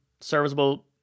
serviceable